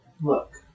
Look